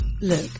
look